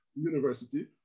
university